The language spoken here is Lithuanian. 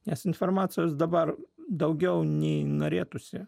nes informacijos dabar daugiau nei norėtųsi